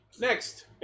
Next